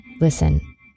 Listen